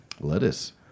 lettuce